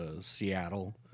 Seattle